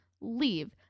Leave